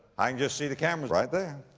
i can just see the cameras right there.